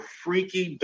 freaky